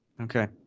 Okay